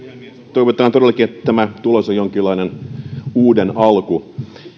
toivotaan todellakin että tämä tulos on jonkinlainen uuden alku